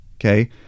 Okay